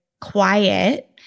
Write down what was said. quiet